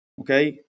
okay